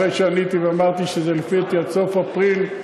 אחרי שעניתי ואמרתי שזה לפי דעתי עד סוף אפריל,